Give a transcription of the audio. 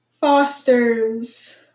Fosters